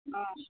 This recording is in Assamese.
অ